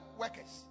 workers